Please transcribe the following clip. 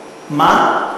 מה?